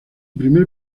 primer